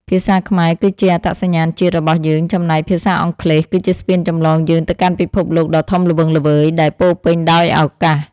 ភាសាខ្មែរគឺជាអត្តសញ្ញាណជាតិរបស់យើងចំណែកភាសាអង់គ្លេសគឺជាស្ពានចម្លងយើងទៅកាន់ពិភពលោកដ៏ធំល្វឹងល្វើយដែលពោរពេញដោយឱកាស។